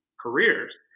careers